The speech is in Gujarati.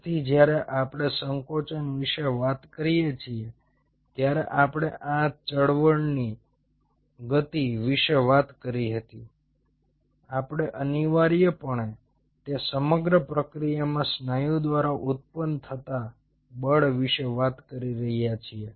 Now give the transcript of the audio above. તેથી જ્યારે આપણે સંકોચન વિશે વાત કરીએ છીએ ત્યારે આપણે આ ચળવળની ગતિ વિશે વાત કરી હતી આપણે અનિવાર્યપણે તે સમગ્ર પ્રક્રિયામાં સ્નાયુ દ્વારા ઉત્પન્ન થતા બળ વિશે વાત કરી રહ્યા છીએ